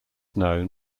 known